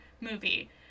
movie